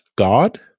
God